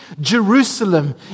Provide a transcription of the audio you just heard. Jerusalem